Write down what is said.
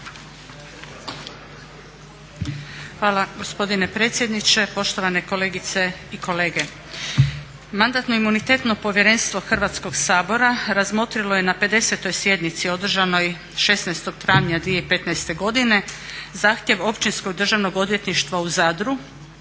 Hvala gospodine predsjedniče. Poštovane kolegice i kolege, Mandatno-imunitetno povjerenstvo Hrvatskog sabora razmotrilo je na 50. sjednici održanoj 16. travnja 2015. godine zahtjev Općinskog državnog odvjetništva u Zadru